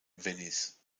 venice